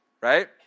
Right